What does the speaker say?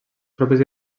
tropes